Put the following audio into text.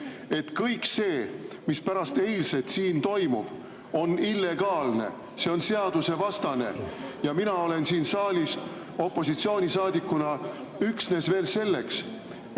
et kõik see, mis pärast eilset siin toimub, on illegaalne, see on seadusevastane. Ja mina olen siin saalis opositsioonisaadikuna üksnes veel selleks,